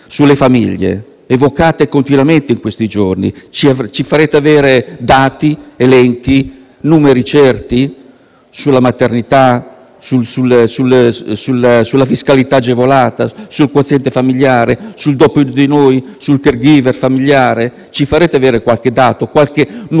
delle famiglie, evocate continuamente in questi giorni? Ci farete avere dati, elenchi e numeri certi sulla maternità, sulla fiscalità agevolata, sul quoziente familiare, sul «dopo di noi», sul *caregiver* familiare? Ci farete avere qualche dato e qualche numerino,